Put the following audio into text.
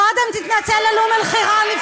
קודם תתנצל על אום-אלחיראן.